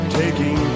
taking